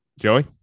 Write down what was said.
Joey